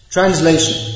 Translation